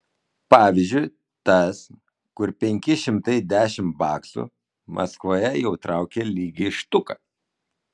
pavyzdžiui tas kur penki šimtai dešimt baksų maskvoje jau traukia lygiai štuką